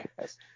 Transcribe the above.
Yes